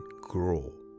grow